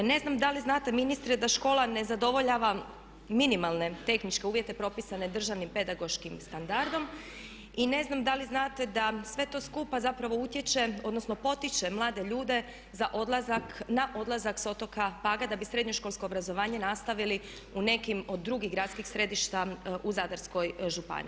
Ne znam da li znate ministre da škola ne zadovoljava minimalne tehničke uvjete propisane državnim pedagoškim standardom i ne znam da li znate da sve to skupa zapravo utječe odnosno potiče mlade ljude na odlazak s otoka Paga da bi srednjoškolsko obrazovanje nastavili u nekim od drugih gradskih središta u Zadarskoj županiji.